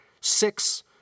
six